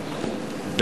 נתקבלה.